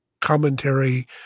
commentary